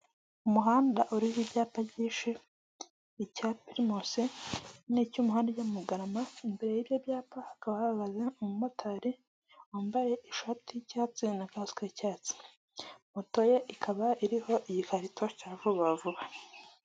Umuhanda uriho ibyapa byishi, icya pirimusi n'icy'umuhanda ujya mu Bugarama, imbere y'ibyapa hakaba habaze umumotari wambaye ishati y'icyatsi na kasike y'icyatsi moto ye ikaba iriho igikarito cya vuba vuba.